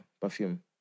perfume